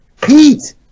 Pete